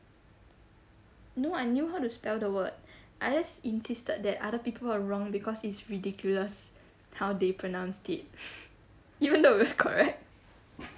no I knew how to spell the word I just insisted that other people are wrong because it's ridiculous how they pronounced it even though it was correct